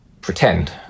pretend